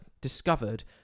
discovered